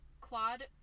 Claude